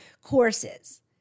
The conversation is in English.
courses